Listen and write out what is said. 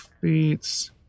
feats